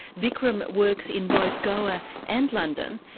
vikram works in both goa and london.